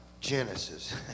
Genesis